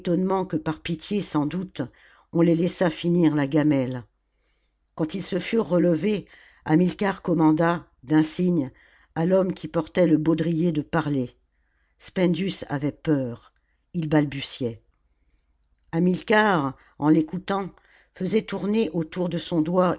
que par pitié sans doute on les laissa finir la gamelle quand ils se furent relevés hamilcar commanda d'un signe à l'homme qui portait le baudrier de parler spendius avait peur il balbutiait hamilcar en l'écoutant faisait tourner autour de son doigt